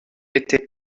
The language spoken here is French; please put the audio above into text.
étaient